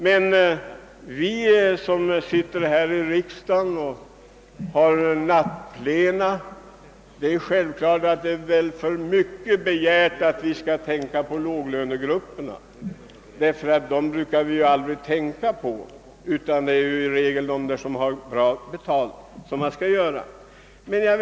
Men det är självfallet för mycket begärt att vi, som nu här i kammaren håller nattplenum, skall tänka på låglönegrupperna, ty dessa brukar vi aldrig annars tänka på, utan det är i regel dem som har det bättre ställt som vi gör något för.